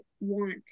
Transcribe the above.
want